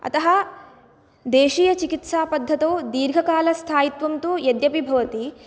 अतः देशीयचिकित्सापद्धतौ दीर्घकालस्थायित्वं तु यद्यपि भवति